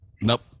nope